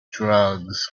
drugs